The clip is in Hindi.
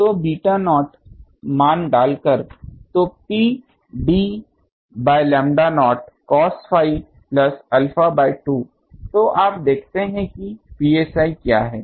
तो बीटा नॉट मान डालकर तो p d by lambda naught cos phi plus alpha by 2 तो आप देखते हैं कि psi क्या है